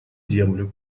землю